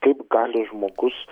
kaip gali žmogus